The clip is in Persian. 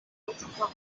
اتفاق